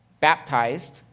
baptized